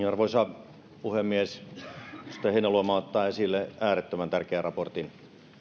arvoisa puhemies edustaja heinäluoma ottaa esille äärettömän tärkeän raportin